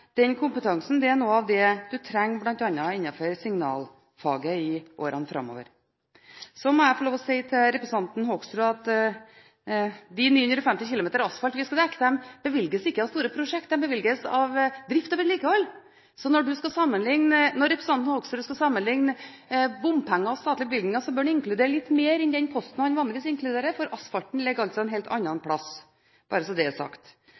den kompetansen er noe av det man trenger innenfor bl.a. signalfaget i årene framover. Så må jeg få lov å si til representanten Hoksrud at de 950 km asfalt vi skal dekke, ikke bevilges av store prosjekter – de bevilges av drift og vedlikehold. Så når representanten Hoksrud skal sammenligne bompenger og statlige bevilgninger, bør han inkludere litt mer enn den posten han vanligvis inkluderer, for asfalten ligger altså en helt annen plass – bare så det er sagt.